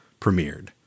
premiered